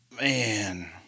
Man